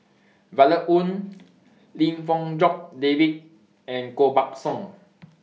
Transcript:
Violet Oon Lim Fong Jock David and Koh Buck Song